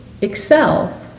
excel